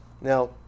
Now